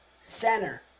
Center